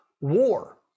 war